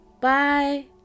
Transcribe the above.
Bye